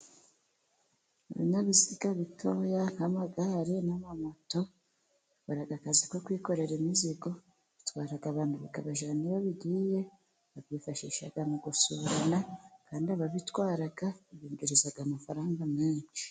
Ibinyabiziga bito nk'amagare n'amamoto bikora akazi ko kwikorera imizigo, bitwara abantu bikabajyana iyo bagiye, babyifashisha mu gusurana, kandi ababitwara binjiriza amafaranga menshi.